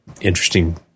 interesting